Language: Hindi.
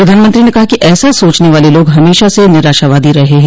प्रधानमंत्री ने कहा कि ऐसा सोचने वाले लोग हमेशा से निराशावादी रहे हैं